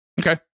Okay